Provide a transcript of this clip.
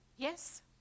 Yes